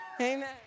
Amen